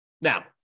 Now